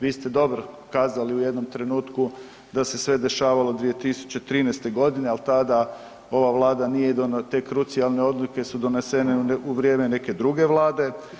Vi ste dobro kazali u jednom trenutku da se sve dešavalo 2013. godine, al tada ova vlada nije donijela, te krucijalne odluke su donesene u vrijeme neke druge vlade.